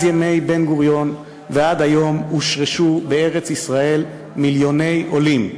מאז ימי בן-גוריון ועד היום הושרשו בארץ-ישראל מיליוני עולים,